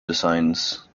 designs